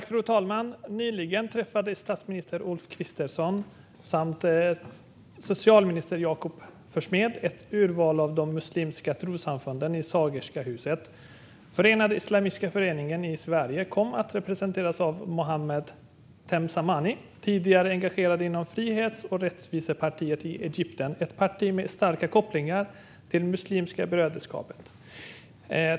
Fru talman! Nyligen träffade statsminister Ulf Kristersson och socialminister Jakob Forssmed ett urval av de muslimska trossamfunden i Sagerska huset. Förenade Islamiska Föreningar i Sverige kom att representeras av Mohamed Temsamani, tidigare engagerad inom Frihets och rättvisepartiet i Egypten, ett parti med starka kopplingar till Muslimska brödraskapet.